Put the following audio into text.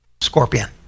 scorpion